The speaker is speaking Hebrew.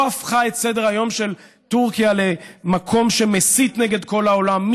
לא הפכה את סדר-היום של טורקיה למקום שמסית נגד כל העולם,